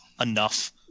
enough